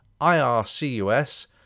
IRCUS